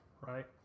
right